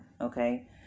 okay